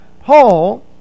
Paul